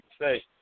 say